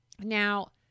Now